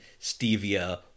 stevia